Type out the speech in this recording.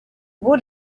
would